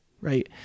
right